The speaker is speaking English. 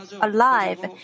alive